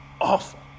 Awful